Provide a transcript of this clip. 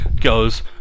goes